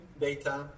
data